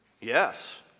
Yes